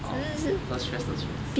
orh don't stress don't stress